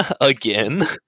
again